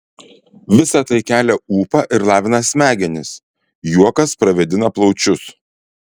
visa tai kelia ūpą ir lavina smegenis juokas pravėdina plaučius